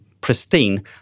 pristine